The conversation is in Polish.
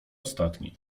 ostatni